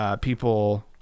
people